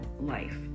life